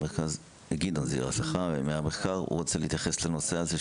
גדעון זעירא מהמחקר רוצה להתייחס לנושא הזה.